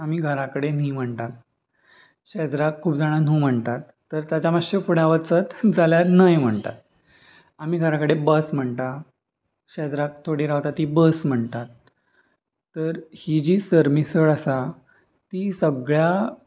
आमी घरा कडेन न्ही म्हणटात शेजराक खूब जाणां न्हू म्हणटात तर ताच्या मातशें फुडें वचत जाल्यार न्हय म्हणटात आमी घरा कडेन बस म्हणटा शेजराक थोडी रावता ती बस म्हणटात तर ही जी सरमिसळ आसा ती सगळ्या